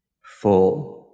full